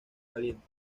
caliente